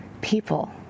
People